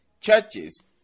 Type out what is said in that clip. churches